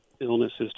illnesses